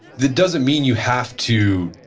that doesn't mean you have to